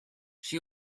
she